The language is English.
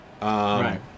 right